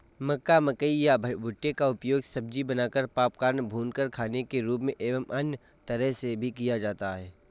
मक्का, मकई या भुट्टे का उपयोग सब्जी बनाकर, पॉपकॉर्न, भूनकर खाने के रूप में एवं अन्य तरह से भी किया जाता है